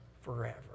forever